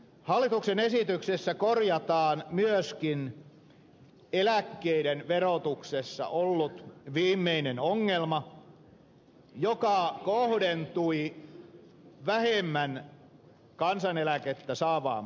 hallituksen esityksessä korjataan myöskin eläkkeiden verotuksessa ollut viimeinen ongelma joka kohdentui vähemmän kansaneläkettä saavaan puolisoon